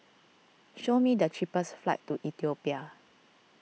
show me the cheapest flights to Ethiopia